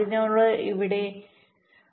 അതിനാൽ ഇവിടെ അത് 3